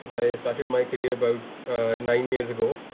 i started my career about nine years ago,